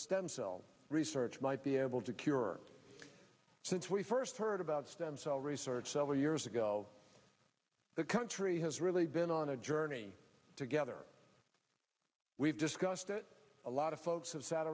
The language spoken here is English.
stem cell research might be able to cure since we first heard about stem cell research several years ago the country has really been on a journey together we've discussed it a lot of folks have sat